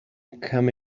come